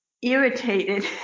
irritated